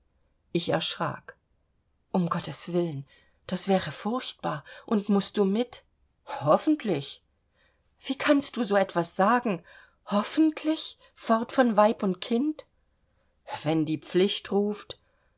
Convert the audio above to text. ich erschrak um gotteswillen das wäre furchtbar und mußt du mit hoffentlich wie kannst du so etwas sagen hoffentlich fort von weib und kind wenn die pflicht ruft